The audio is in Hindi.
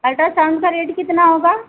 अल्ट्रासाउंड का रेट कितना होगा